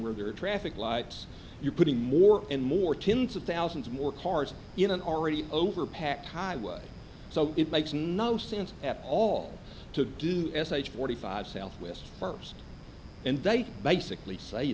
where there are traffic lights you're putting more and more tens of thousands more cars in an already overpacked highway so it makes no sense at all to do sh forty five south west first and they basically say